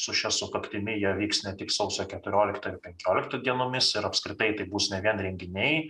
su šia sukaktimi jie vyks ne tik sausio keturioliktą ir penkioliktą dienomis ir apskritai tai bus ne vien renginiai